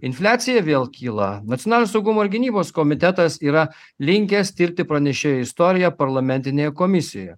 infliacija vėl kyla nacionalinio saugumo ir gynybos komitetas yra linkęs tirti pranešėjo istoriją parlamentinėje komisijoje